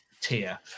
tier